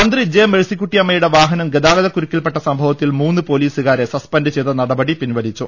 മന്ത്രി ജെ മേഴ്സികുട്ടിഅമ്മയുടെ വാഹനം ഗത്താഗത കുരുക്കിൽ പെട്ട സംഭവത്തിൽ മൂന്ന് പൊലീസുകാരെ സസ്പെന്റ് ചെയ്ത നട പടി പിൻവലിച്ചു